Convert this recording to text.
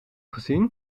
gezien